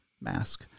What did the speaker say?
mask